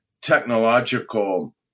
technological